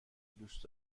دوست